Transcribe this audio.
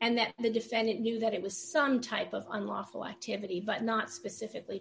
and that the defendant knew that it was some type of unlawful activity but not specifically